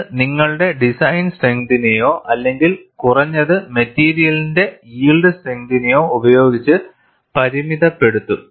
ഇത് നിങ്ങളുടെ ഡിസൈൻ സ്ട്രെങ്തിനെയോ അല്ലെങ്കിൽ കുറഞ്ഞത് മെറ്റീരിയലിന്റെ യിൽഡ് സ്ട്രെങ്തിനെയോ ഉപയോഗിച്ച് പരിമിതപ്പെടുത്തും